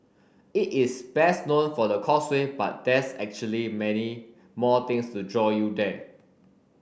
it is best known for the Causeway but there's actually many more things to draw you there